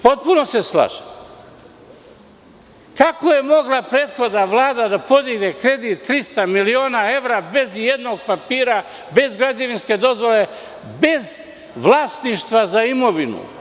Kako je mogla prethodna vlada da podigne kredit 300 miliona evra bez ijednog papira, bez građevinske dozvole, bez vlasništva za imovinu?